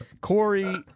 Corey